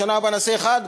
בשנה הבאה נעשה אחת,